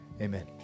Amen